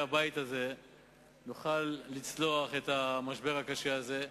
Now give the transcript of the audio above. הבית הזה נוכל לצלוח את המשבר הקשה הזה.